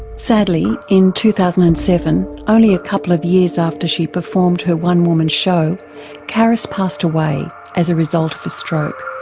sadly in two thousand and seven only a couple of years after she performed her one-woman show caris passed away as the result of a stroke.